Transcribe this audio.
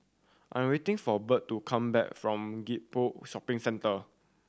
I'm waiting for Bird to come back from Gek Poh Shopping Centre